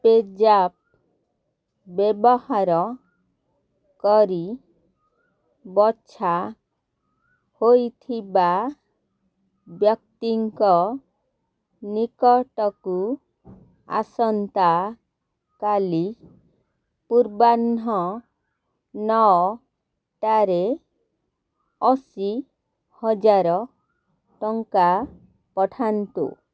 ପେଜାପ୍ ବ୍ୟବହାର କରି ବଛା ହୋଇଥିବା ବ୍ୟକ୍ତିଙ୍କ ନିକଟକୁ ଆସନ୍ତାକାଲି ପୂର୍ବାହ୍ନ ନଅଟାରେ ଅଶୀ ହଜାର ଟଙ୍କା ପଠାନ୍ତୁ